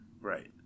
right